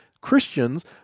Christians